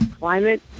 climate